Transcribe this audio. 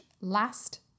last